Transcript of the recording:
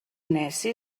neci